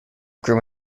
grew